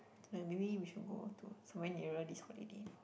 maybe we should go to somewhere nearer this holiday